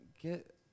get